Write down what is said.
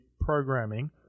programming